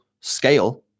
scale